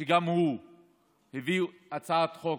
שגם הוא הביא הצעת חוק